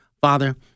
Father